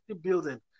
building